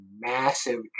massive